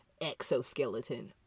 exoskeleton